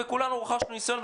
וכולנו רכשנו ניסיון.